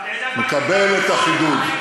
מקבל את החידוד,